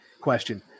question